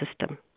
system